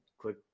click